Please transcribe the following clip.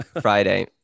Friday